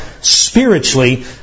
spiritually